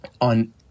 on